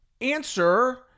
answer